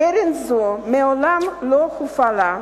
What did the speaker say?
קרן זו מעולם לא הופעלה,